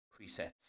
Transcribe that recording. presets